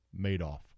Madoff